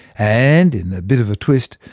and in a bit of a twist,